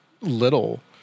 little